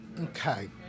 Okay